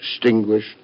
Distinguished